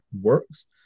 works